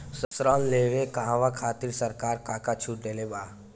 ऋण लेवे कहवा खातिर सरकार का का छूट देले बा?